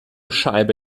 scheibe